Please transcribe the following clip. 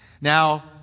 Now